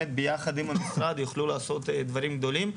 וביחד עם המשרד יוכלו לעשות דברים גדולים.